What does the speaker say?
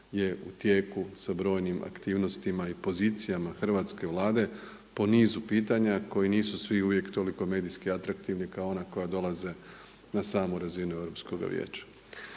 je u tijeku sa brojnim aktivnostima i pozicijama hrvatske Vlade po nizu pitanja koji nisu svi uvijek toliko medijski atraktivni kao ona koja dolaze na samu razinu Europskoga vijeća.